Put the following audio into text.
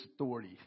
authority